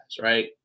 right